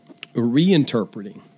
reinterpreting